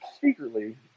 secretly